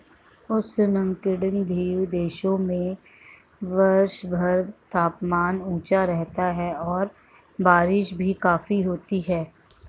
उष्णकटिबंधीय देशों में वर्षभर तापमान ऊंचा रहता है और बारिश भी काफी होती है